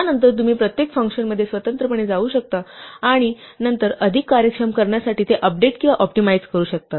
त्यानंतर तुम्ही प्रत्येक फंक्शनमध्ये स्वतंत्रपणे जाऊ शकता आणि नंतर अधिक कार्यक्षम करण्यासाठी ते अपडेट किंवा ऑप्टिमाइझ करू शकता